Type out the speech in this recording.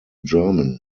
german